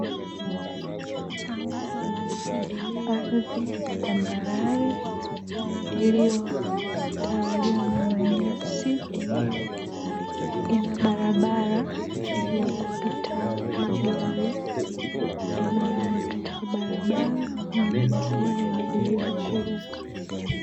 Ardhi tambarare iliyotawaliwa na manyasi inabarabara ya kupita magari na katika barabara mnyama pori anajaribu kuruka.